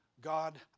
God